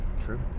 true